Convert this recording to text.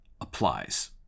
applies